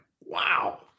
wow